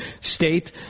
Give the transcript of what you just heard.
state